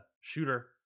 Shooter